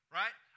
right